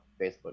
Facebook